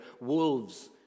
wolves